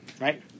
right